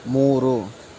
ಮೂರು